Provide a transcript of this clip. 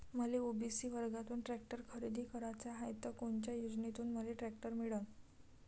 मले ओ.बी.सी वर्गातून टॅक्टर खरेदी कराचा हाये त कोनच्या योजनेतून मले टॅक्टर मिळन?